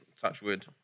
Touchwood